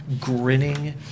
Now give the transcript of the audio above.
grinning